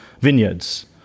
vineyards